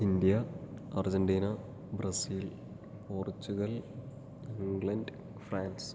India Argentina Brazil Portugal England France